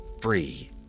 free